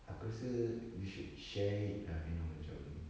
aku rasa you should share it ah you know macam